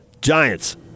Giants